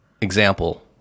example